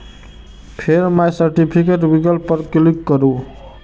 फेर my certificate विकल्प पर क्लिक करू